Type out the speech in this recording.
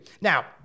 Now